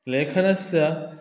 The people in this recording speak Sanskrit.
लेखनस्य